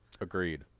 Agreed